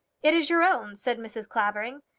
it is your own, said mrs. clavering.